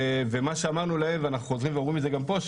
ומה שאמרנו להם ואנחנו חוזרים ואומרים את זה גם פה,